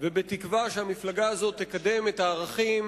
ובתקווה שהמפלגה הזאת תקדם את הערכים